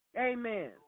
Amen